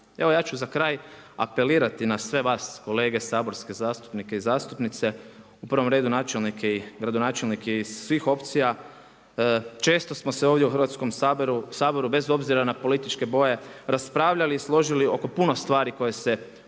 ja ću za kraj apelirati, na sve vas kolege saborski zastupnike i zastupnice, u prvom redu načelnike i gradonačelnike iz svih opcija često smo se ovdje u Hrvatskom sabora bez obzira na političke boje raspravljali i složili oko puno stvari koje se odnose